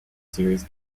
series